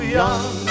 young